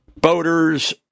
boaters